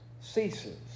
ceases